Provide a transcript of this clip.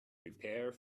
prepare